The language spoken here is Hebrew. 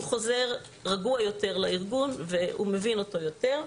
הוא חוזר רגוע יותר לארגון והוא מבין אותו יותר.